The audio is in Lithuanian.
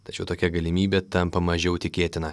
tačiau tokia galimybė tampa mažiau tikėtina